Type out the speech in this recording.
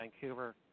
Vancouver